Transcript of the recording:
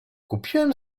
kupiłem